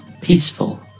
peaceful